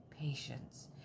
patience